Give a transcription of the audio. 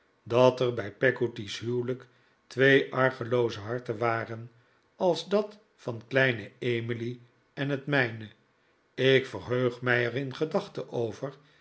dat er bij peggotty's huwelijk twee argelooze harten waren als dat van kleine emily en het mijne ik verheug mij er in gedachten over